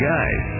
Guys